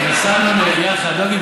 נסענו יחד,